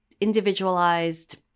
individualized